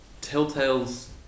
Telltale's